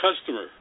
customer